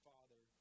Father